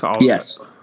Yes